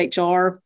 HR